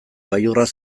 gailurrak